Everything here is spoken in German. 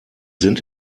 sind